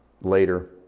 later